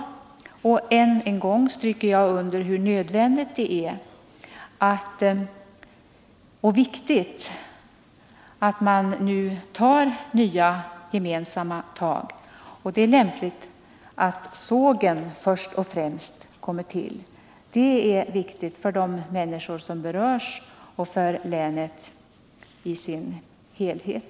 Och än en gång stryker jag — basindustri i Hissunder hur nödvändigt och viktigt det är att man nu tar nya gemensamma tag. mofors, m.m. Det är lämpligt att sågen först och främst kommer till. Det är viktigt för de människor som berörs och för länet i dess helhet.